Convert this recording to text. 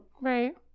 Right